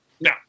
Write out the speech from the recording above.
No